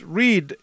read